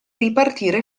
ripartire